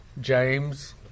James